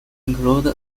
include